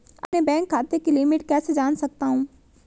अपने बैंक खाते की लिमिट कैसे जान सकता हूं?